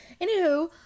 Anywho